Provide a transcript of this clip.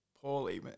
poorly